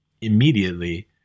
immediately